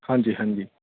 ਹਾਂਜੀ ਹਾਂਜੀ